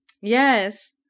yes